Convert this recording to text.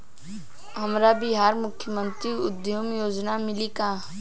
हमरा बिहार मुख्यमंत्री उद्यमी योजना मिली का?